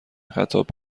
خطاب